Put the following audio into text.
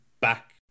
back